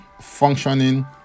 functioning